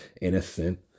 innocent